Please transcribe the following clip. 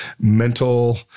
mental